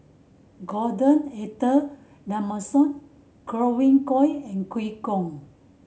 Gordon Arthur Godwin Koay and Eu Kong